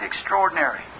extraordinary